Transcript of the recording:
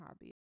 hobby